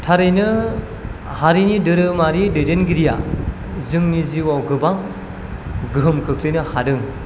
थारैनो हारिनि धोरोमारि दैदेनगिरिया जोंनि जिउआव गोबां गोहोम खोख्लैनो हादों